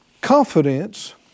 confidence